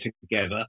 together